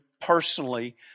personally